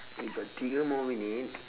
we got tiga more minutes